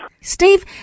Steve